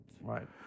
Right